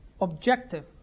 objective